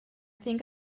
think